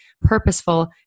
purposeful